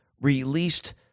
released